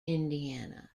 indiana